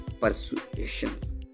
persuasions